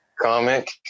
comic